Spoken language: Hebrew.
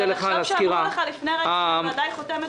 ולחשוב שאמרו לך לפני רגע שהוועדה היא חותמת